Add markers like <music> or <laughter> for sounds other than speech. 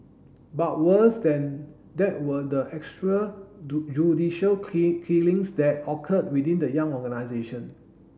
but worse than that were the extra <unintelligible> judicial <unintelligible> killings that occurred within the young organisation